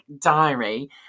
diary